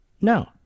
No